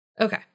Okay